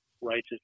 righteous